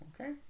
okay